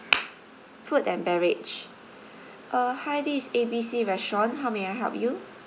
food and beverage uh hi this is A B C restaurant how may I help you